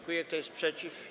Kto jest przeciw?